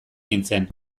nintzen